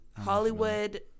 Hollywood –